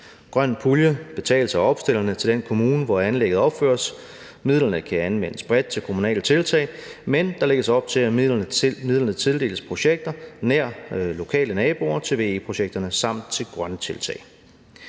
grøn pulje betaler opstillerne til den kommune, hvor anlægget opføres. Midlerne kan anvendes bredt til kommunale tiltag, men der lægges op til, at midlerne tildeles projekter nær lokale naboer til VE-projekterne samt til grønne tiltag.